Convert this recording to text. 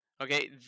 Okay